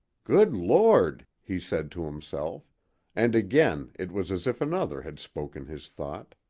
good lord! he said to himself and again it was as if another had spoken his thought